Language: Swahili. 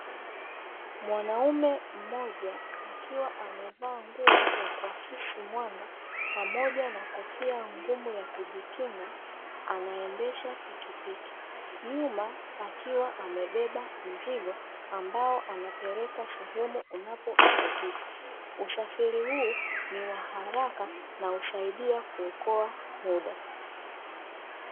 Mwanaume mmoja akiwa amevaa nguo ya kuakisi mwanga pamoja na kofia ngumu ya kujikinga anaendesha pikipiki, nyuma akiwa amebeba mzigo ambao anapeleka sehemu unapohitajika. Usafiri huu ni wa haraka na husaidia kuokoa muda.